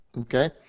Okay